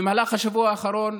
במהלך השבוע האחרון,